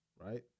right